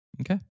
Okay